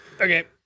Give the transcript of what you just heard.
Okay